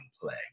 play